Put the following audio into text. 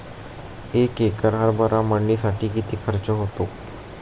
एक एकर हरभरा मळणीसाठी किती खर्च होतो?